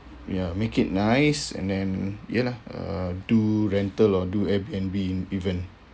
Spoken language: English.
ya make it nice and then ya lah uh do rental or do Airbnb even